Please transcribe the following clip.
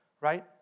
right